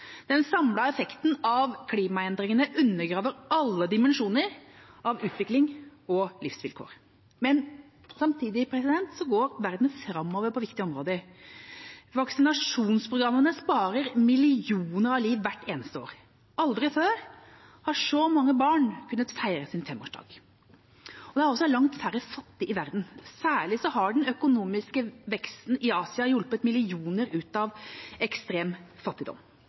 Den samlede effekten av klimaendringene undergraver alle dimensjoner av utvikling og livsvilkår. Samtidig går verden framover på viktige områder. Vaksinasjonsprogrammene sparer millioner av liv hvert eneste år. Aldri før har så mange barn kunnet feire sin femårsdag. Det er også langt færre fattige i verden. Særlig har den økonomiske veksten i Asia hjulpet millioner ut av ekstrem fattigdom.